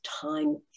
time